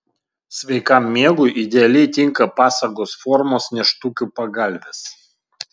sveikam miegui idealiai tinka pasagos formos nėštukių pagalvės